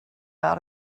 out